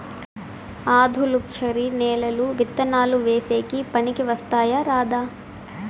ఆధులుక్షరి నేలలు విత్తనాలు వేసేకి పనికి వస్తాయా రాదా?